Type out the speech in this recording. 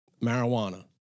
marijuana